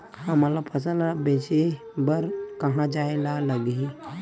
हमन ला फसल ला बेचे बर कहां जाये ला लगही?